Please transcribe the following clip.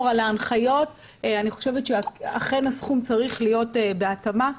על ההנחיות אכן המספר צריך להיות בהתאמה.